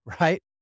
right